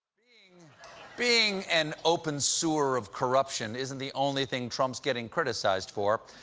being being an open sewer of corruption isn't the only thing trump's getting criticized for.